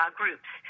groups